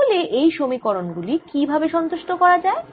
তাহলে এই সমীকরণ গুলি কি ভাবে সন্তুষ্ট করা যায়